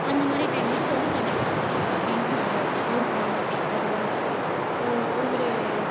அந்த மாதிரி டைமில் பொது கிணறு அப்படின்ட்டு ஒன்று இருக்குது ஊர் கிராமத்தில் பொதுவாக இருக்கும் ஒரு ஒவ்வொரு